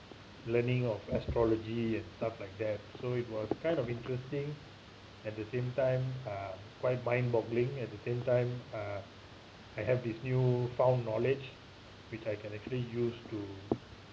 learning of astrology and stuff like that so it was kind of interesting at the same time uh quite mind boggling at the same time uh I have this new found knowledge which I can actually use to